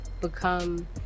become